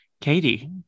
Katie